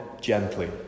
gently